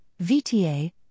VTA